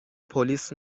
پلیس